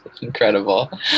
Incredible